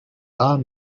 are